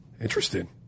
Interesting